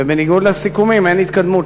ובניגוד לסיכומים אין התקדמות,